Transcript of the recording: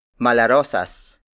Malarosas